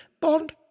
Bond